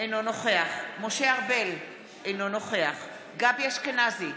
אינו נוכח משה ארבל, אינו נוכח גבי אשכנזי,